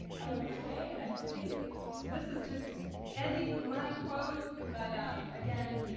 okay. and i think this is just ending with my quote. but um again,